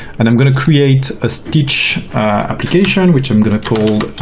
and i'm going to create a stitch application which i'm going to call